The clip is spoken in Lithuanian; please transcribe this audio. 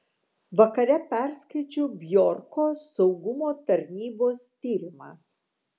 vakare perskaičiau bjorko saugumo tarnybos tyrimą